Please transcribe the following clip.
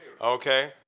Okay